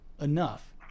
enough